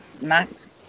Max